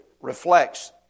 reflects